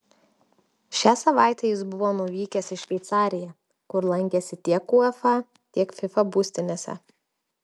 šią savaitę jis buvo nuvykęs į šveicariją kur lankėsi tiek uefa tiek fifa būstinėse